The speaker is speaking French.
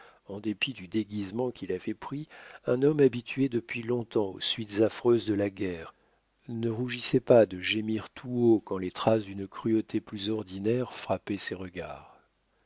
en dépit du déguisement qu'il avait pris un homme habitué depuis longtemps aux suites affreuses de la guerre ne rougissait pas de gémir tout haut quand les traces d'une cruauté plus ordinaire frappaient ses regards